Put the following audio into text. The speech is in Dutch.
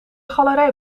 galerij